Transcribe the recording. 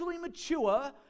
mature